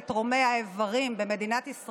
הוא מעסיק את מנהיגי העולם החופשי